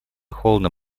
холодно